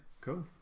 cool